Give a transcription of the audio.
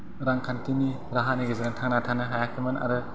रांखान्थिनि राहानि गेजेरजों थांना थानो हायाखैमोन आरो